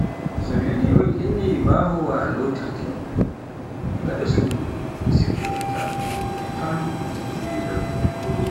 So mi naani un inni bahoowa lootorde, gaɗa suudu mi siftoroyta, e ton min lototo